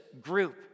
group